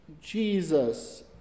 jesus